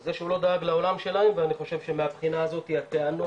בזה שהוא לא דאג לעולם שלהם ואני חושב שמהבחינה הזאת הטענות